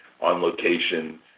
on-location